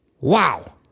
Wow